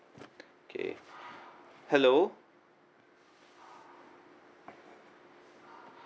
okay hello